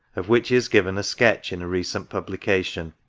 of which he has given a sketch in a recent publication.